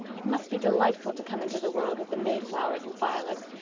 it must be delightful to come into the world with the mayflowers and violets.